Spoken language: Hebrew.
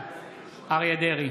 בעד אריה מכלוף דרעי,